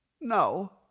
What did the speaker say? No